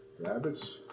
Rabbit's